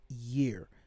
year